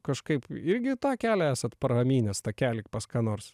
kažkaip irgi tą kelią esat pramynęs takelį pas ką nors